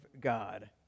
God